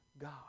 God